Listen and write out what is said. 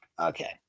Okay